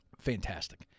fantastic